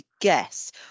guess